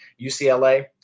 UCLA